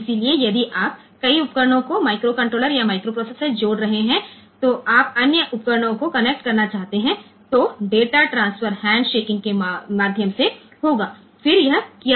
તેથી જો આપણે આપણા કહેવા પ્રમાણે માઇક્રોકન્ટ્રોલર અથવા માઇક્રોપ્રોસેસરના માઇક્રોકન્ટ્રોલર સાથે સંખ્યાબંધ ઉપકરણોને કનેક્ટ કરી રહ્યાં હોઈએ તો ડેટા ટ્રાન્સફર હેન્ડશેકિંગ દ્વારા થશે અને પછી આ કરી શકાય છે